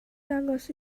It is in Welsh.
dangos